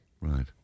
Right